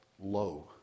low